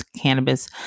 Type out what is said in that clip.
cannabis